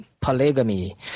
polygamy